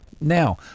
now